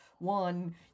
One